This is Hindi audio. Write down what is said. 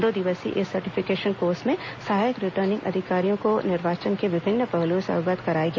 दो दिवसीय इस सर्टिफिकेशन कोर्स में सहायक रिटर्निंग अधिकारियों को निर्वाचन के विभिन्न पहलुओं से अवगत कराया गया